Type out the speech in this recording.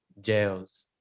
jails